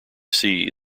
see